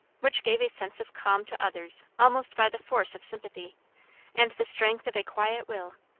which gave a sense of calm to others almost by the force of sympathy and the strength of a quiet will,